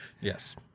Yes